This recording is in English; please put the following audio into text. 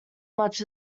much